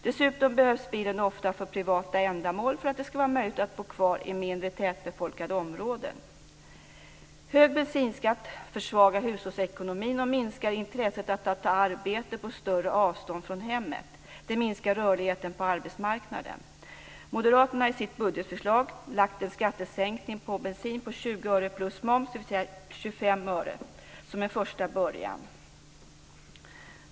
Dessutom behövs bilen ofta för privata ändamål för att det ska vara möjligt att bo kvar i mindre tätbefolkade områden. Hög bensinskatt försvagar hushållsekonomin och minskar intresset att ta arbete på större avstånd från hemmet, och det minskar rörligheten på arbetsmarknaden. Moderaterna har i sitt budgetförslag föreslagit en skattesänkning på bensin på 20 öre plus moms, dvs. 25 öre, som en första början.